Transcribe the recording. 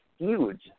huge